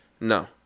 No